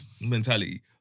mentality